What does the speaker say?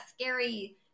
scary